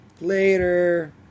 later